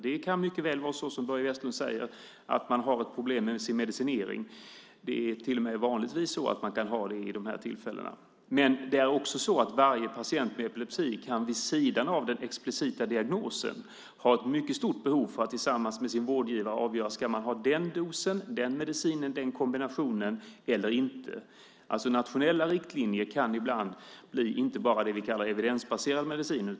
Det kan mycket väl vara så som Börje Vestlund säger, att man har ett problem med sin medicinering. Det är till och med vanligtvis så att man har det. Men det är också så att varje patient med epilepsi vid sidan av den explicita diagnosen kan ha ett mycket stort behov av att tillsammans med sin vårdgivare avgöra olika saker. Ska man ha den dosen, den medicinen, den kombinationen eller inte? Nationella riktlinjer kan ibland bli inte bara det vi kallar evidensbaserad medicin.